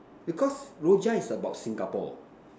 because Rojak is about Singapore